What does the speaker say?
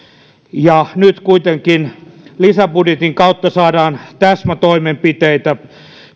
nyt kuitenkin lisäbudjetin kautta saadaan täsmätoimenpiteitä